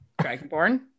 dragonborn